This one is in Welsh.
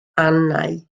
angau